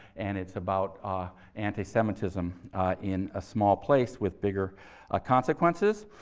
and it's about anti-semitism in a small place with bigger ah consequences.